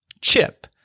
chip